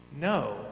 No